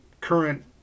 current